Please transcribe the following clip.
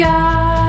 God